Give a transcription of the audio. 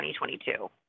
2022